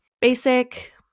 basic